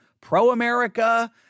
pro-America